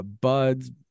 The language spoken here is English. buds